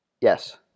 Yes